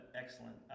excellent